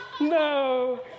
no